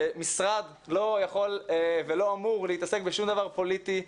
המשרד לא יכול ולא אמור להתעסק בשום דבר פוליטי,